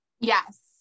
Yes